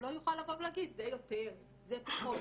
הוא לא יוכל להגיד זה יותר או זה פחות.